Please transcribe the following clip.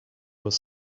was